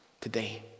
today